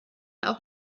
auch